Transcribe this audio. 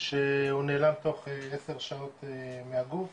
שהוא נעלם תוך 10 שעות מהגוף